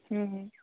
ᱦᱮᱸ